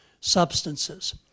substances